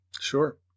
Sure